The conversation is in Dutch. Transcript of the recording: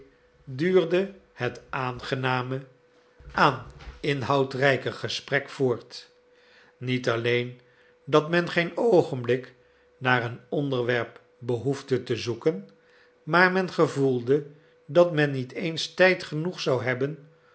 duurde het aangename aan inhoudrijke gesprek voort niet alleen dat men geen oogenblik naar een onderwerp behoefde te zoeken maar men gevoelde dat men niet eens tijd genoeg zou hebben